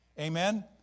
Amen